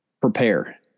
prepare